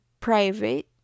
private